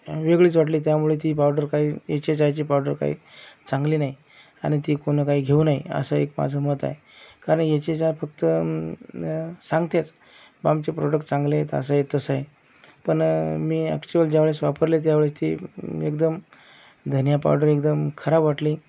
वेगळीच वाटली त्यामुळे ती पावडर काय एच एच आयची पावडर काय चांगली नाही आणि ती कोणी काही घेऊ नये असं एक माझं मत आहे कारण एच एच आय फक्त न सांगतात बुवा आमचे प्रॉडक्ट चांगले आहेत असं आहे तसं आहे पण मी अक्चुअल ज्या वेळेस वापरले त्यावेळेस ते एकदम धनिया पावडर एकदम खराब वाटली